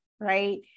right